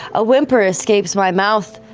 a whimper escapes my mouth.